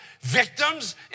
victims